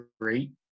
great